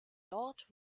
dort